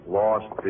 lost